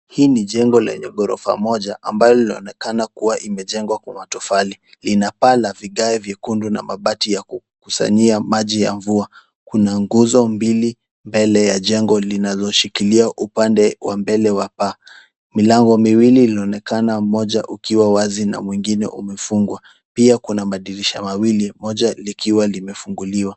Hii ni jengo lenye ghorofa moja ambalo linaonekana kuwa imejengwa kwa matofali. Lina paa la vigae vyekundu na mabati ya kukusanyia maji ya mvua. Kuna nguzo mbili mbele ya jengo linaloshikilia upande wa mbele wa paa. Milango miwili ilionekana mmoja ukiwa wazi na mwingine umefungwa. Pia kuna madirisha mawili moja likiwa limefunguliwa.